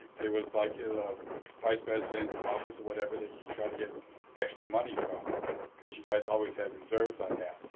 there was like a vice president's office or whatever, they could try to get extra money from because you guys always had reserves on that.